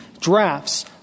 drafts